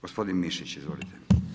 Gospodin Mišić, izvolite.